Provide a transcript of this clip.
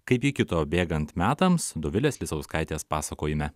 kaip ji kito bėgant metams dovilės lisauskaitės pasakojime